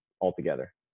altogether